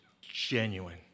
genuine